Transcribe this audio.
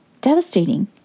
devastating